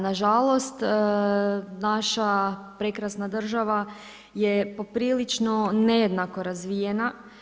Nažalost, naša prekrasna država je poprilično nejednako razvijena.